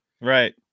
Right